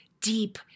deep